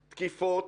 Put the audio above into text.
תקיפות,